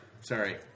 Sorry